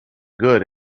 good